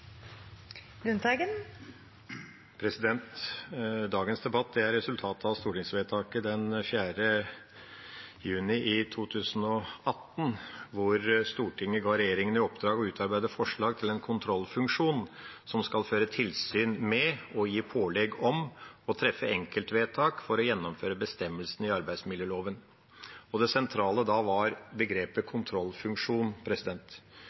juni 2018, hvor Stortinget ga regjeringa i oppdrag å utarbeide forslag til en kontrollfunksjon som skal føre tilsyn med og gi pålegg om å treffe enkeltvedtak for å gjennomføre bestemmelsene i arbeidsmiljøloven. Det sentrale da var begrepet